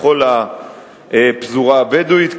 לכל הפזורה הבדואית.